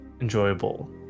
enjoyable